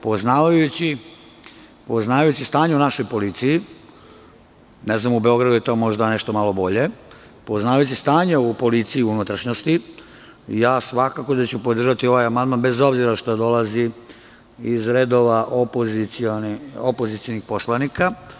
Poznavajući stanje u našoj policiji, možda je u Beogradu to nešto malo bolje, poznavajući stanje u policiji u unutrašnjosti, svakako ću podržati ovaj amandman, bez obzira što dolazi iz redova opozicionih poslanika.